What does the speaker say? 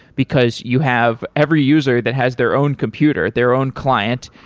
because you have every user that has their own computer, their own client.